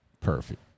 Perfect